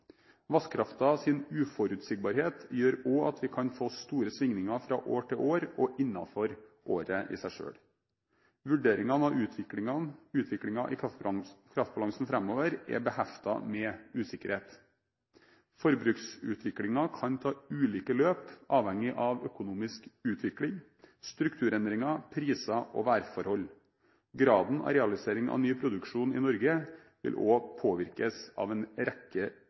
uforutsigbarhet gjør også at vi kan få store svingninger fra år til år og innenfor året i seg selv. Vurderingene av utviklingen i kraftbalansen framover er beheftet med usikkerhet. Forbruksutviklingen kan ta ulike løp avhengig av økonomisk utvikling, strukturendringer, priser og værforhold. Graden av realisering av ny produksjon i Norge vil også påvirkes av en rekke